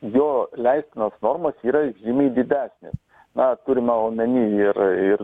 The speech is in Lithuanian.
jo leistinos normos yra žymiai didesnės na turima omeny ir